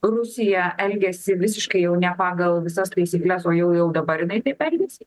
rusija elgiasi visiškai jau ne pagal visas taisykles o jau jau dabar jinai taip elgiasi